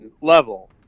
level